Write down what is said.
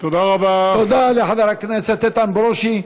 תודה לחבר הכנסת איתן ברושי.